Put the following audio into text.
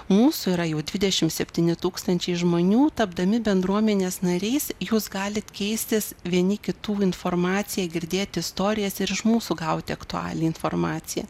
mūsų yra jau dvidešim septyni tūkstančiai žmonių tapdami bendruomenės nariais jūs galit keistis vieni kitų informacija girdėt istorijas ir iš mūsų gauti aktualią informaciją